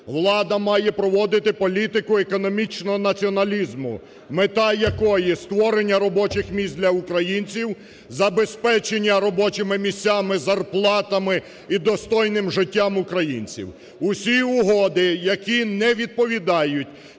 Влада має проводити політику економічного націоналізму, мета якої створення робочих місць для українців, забезпечення робочими місцями, зарплатами і достойним життям українців. Усі угоди, які не відповідають